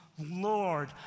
Lord